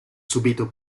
subito